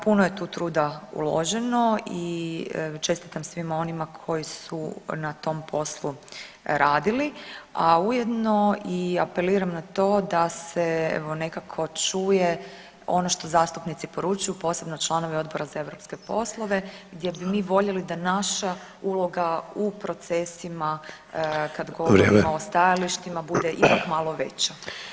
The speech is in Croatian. Puno je tu truda uloženo i čestitam svima onima koji su na tom poslu radili, a ujedno i apeliram na to da se evo nekako čuje ono što zastupnici poručuju posebno članovi Odbora za europske poslove gdje bi mi voljeli da naša uloga u procesima kad govorimo [[Upadica Sanader: Vrijeme.]] o stajalištima bude ipak malo veća.